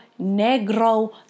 negro